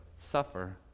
suffer